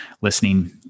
listening